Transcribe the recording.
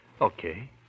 Okay